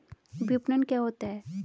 विपणन क्या होता है?